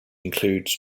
includes